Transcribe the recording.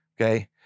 okay